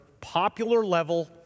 popular-level